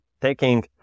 taking